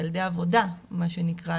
ילדי עבודה מה שנקרא,